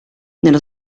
nello